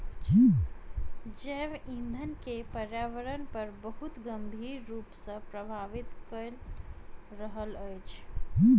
जैव ईंधन के पर्यावरण पर बहुत गंभीर रूप सॅ प्रभावित कय रहल अछि